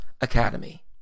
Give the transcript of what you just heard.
Academy